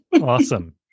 Awesome